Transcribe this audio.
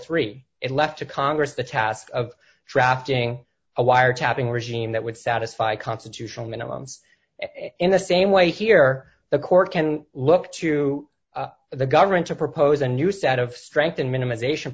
three it left to congress the task of drafting a wiretapping regime that would satisfy constitutional minimums in the same way here the court can look to the government to propose a new set of strengthened minimisation